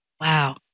Wow